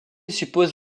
suppose